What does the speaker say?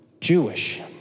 Jewish